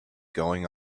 going